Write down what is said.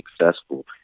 successful